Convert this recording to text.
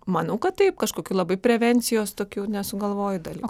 manau kad taip kažkokių labai prevencijos tokių nesugalvoju dalykų